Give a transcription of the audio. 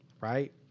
right